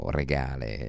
regale